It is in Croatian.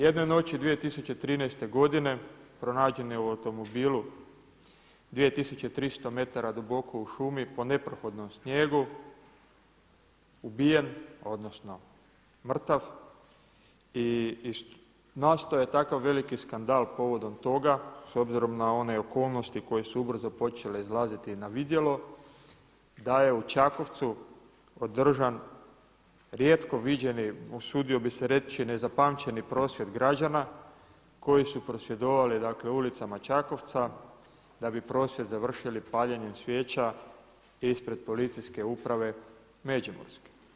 Jedne noći 2013. godine pronađen je automobilu 2300 metara duboko u šumi po neprohodnom snijegu ubijen, odnosno mrtav i nastao je takav veliki skandal povodom toga s obzirom na one okolnosti koje su ubrzo počele izlaziti na vidjelo, da je u Čakovcu održan rijetko viđeni, usudio bih se reći nezapamćeni prosvjed građana koji su prosvjedovali, dakle ulicama Čakovca da bi prosvjed završili paljenjem svijeća ispred Policijske uprave Međimurske.